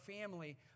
family